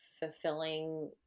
fulfilling